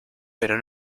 pero